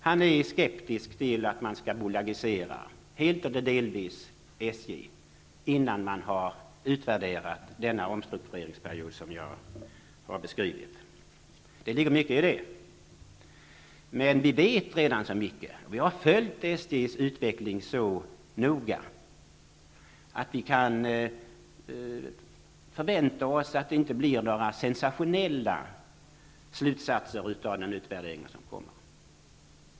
Han är skeptisk till att man skall bolagisera SJ -- helt eller delvis -- innan man har utvärderat den omstruktureringsperiod som jag har beskrivit. Det ligger mycket i det. Men vi vet redan så mycket -- vi har följt SJ:s utveckling så noga -- att vi inte väntar oss några sensationella slutsatser av den utvärdering som kommer.